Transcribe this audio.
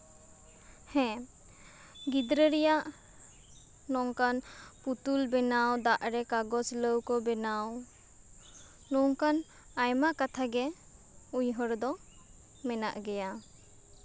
ᱦᱮᱸ ᱜᱤᱫᱽᱨᱟᱹ ᱨᱮᱭᱟᱜ ᱱᱚᱝᱠᱟᱱ ᱯᱩᱛᱩᱞ ᱵᱮᱱᱟᱣ ᱫᱟᱜ ᱨᱮ ᱠᱟᱜᱚᱡᱽ ᱞᱟᱹᱣᱠᱟᱹ ᱵᱮᱱᱟᱣ ᱱᱚᱝᱠᱟᱱ ᱟᱭᱢᱟ ᱠᱟᱛᱷᱟ ᱜᱮ ᱩᱭᱦᱟᱹᱨ ᱫᱚ ᱢᱮᱱᱟᱜ ᱜᱮᱭᱟ